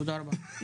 תודה רבה.